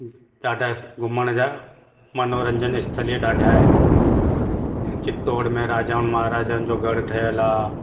ॾाढा घुमण जा मनोरंजन स्थलीय ॾाढा आहिनि चित्तौड़ में राजाउनि महाराजाउनि जो गढ़ ठहियलु आहे